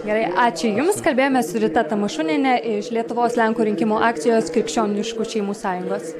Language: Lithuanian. gerai ačiū jums kalbėjomės su rita tamašūnienė iš lietuvos lenkų rinkimų akcijos krikščioniškų šeimų sąjungos